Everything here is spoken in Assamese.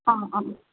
অঁ অঁ